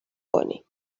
کنی